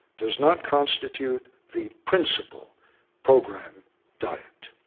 does not constitute the principal program diet.